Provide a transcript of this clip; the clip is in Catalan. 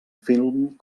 film